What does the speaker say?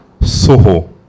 Soho